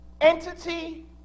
entity